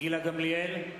גילה גמליאל,